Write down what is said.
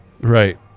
right